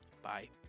Bye